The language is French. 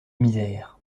misère